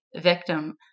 Victim